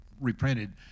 reprinted